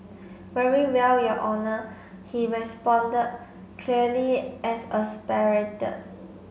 very well your Honour he responded clearly